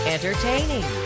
Entertaining